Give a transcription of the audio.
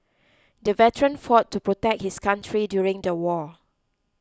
the veteran fought to protect his country during the war